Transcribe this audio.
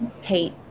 hate